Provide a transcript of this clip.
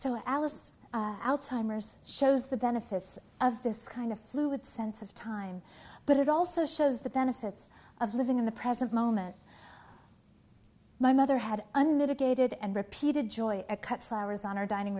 alice alzheimer's shows the benefits of this kind of fluid sense of time but it also shows the benefits of living in the present moment my mother had unmitigated and repeated joy cut flowers on our dining